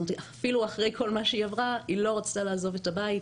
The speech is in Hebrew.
אפילו אחרי כל מה שהיא עברה היא לא רצתה לעזוב את הבית.